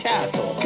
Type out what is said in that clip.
Castle